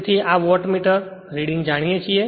તેથી આ wattmeter reading જાણીએ છીએ